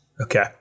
Okay